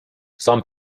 some